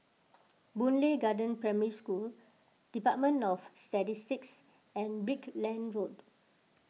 Boon Lay Garden Primary School Department of Statistics and Brickland Road